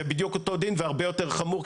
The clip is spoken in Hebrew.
זה בדיוק אותו דין והרבה יותר חמור,